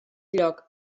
lloc